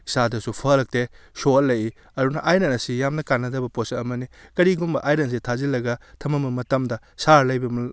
ꯏꯁꯥꯗꯁꯨ ꯐꯔꯛꯇꯦ ꯁꯣꯛꯍꯜꯂꯛꯏ ꯑꯗꯨꯅ ꯑꯥꯏꯔꯟ ꯑꯁꯤ ꯌꯥꯝꯅ ꯀꯥꯅꯗꯕ ꯄꯣꯠꯁꯛ ꯑꯃꯅꯤ ꯀꯔꯤꯒꯨꯝꯕ ꯑꯥꯏꯔꯟꯑꯁꯤ ꯊꯥꯖꯤꯜꯂꯒ ꯊꯝꯃꯝꯕ ꯃꯇꯝꯗ ꯁꯥꯔꯒ ꯂꯩꯕꯩ